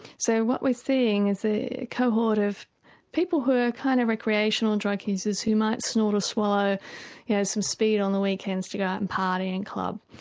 so what we're seeing is a cohort of people who are kind of recreational drug users who might snort or swallow yeah some speed on the weekend to go out and party and club.